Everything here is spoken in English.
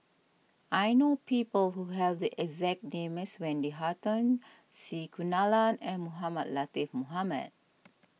I know people who have the exact name as Wendy Hutton C Kunalan and Mohamed Latiff Mohamed